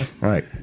Right